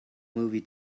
movie